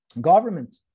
government